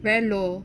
very low